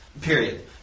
period